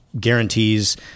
Guarantees